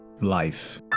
Life